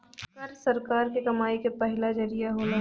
कर सरकार के कमाई के पहिला जरिया होला